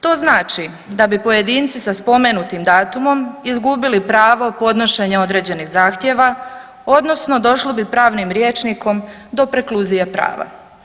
To znači da bi pojedinci sa spomenutim datumom izgubili pravo podnošenja određenih zahtjeva odnosno došlo bi pravnim rječnikom do prekluzije prava.